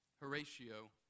Horatio